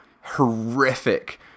horrific